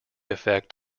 effect